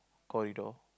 corridor